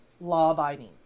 law-abiding